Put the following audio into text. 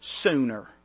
sooner